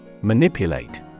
Manipulate